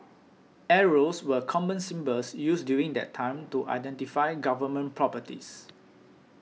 arrows were common symbols used during that time to identify Government properties